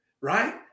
right